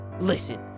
Listen